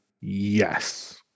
yes